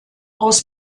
aus